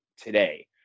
today